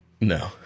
No